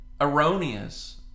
erroneous